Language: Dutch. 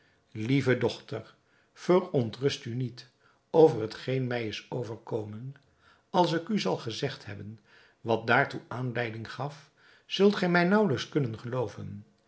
lieve dochter verontrust u niet over hetgeen mij is overkomen als ik u zal gezegd hebben wat daartoe aanleiding gaf zult gij mij naauwelijks kunnen gelooven